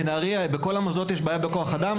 בנהריה, בכל המוסדות יש בעיה בכוח אדם?